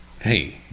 Hey